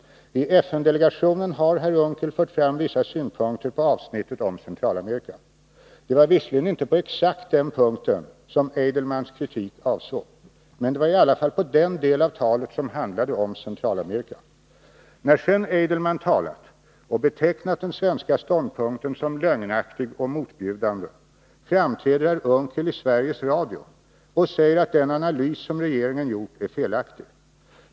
I FN-delegationen har herr Unckel fört fram vissa synpunkter på avsnittet om Centralamerika. Det var visserligen inte exakt på den punkten som Adelmans kritik avsågs, men det gällde i alla fall den del av talet som handlade om Centralamerika. När Adelman sedan talat och betecknat den svenska ståndpunkten som lögnaktig och motbjudande framträder herr Unckel i Sveriges Radio och säger att den analys som regeringen gjort är felaktig.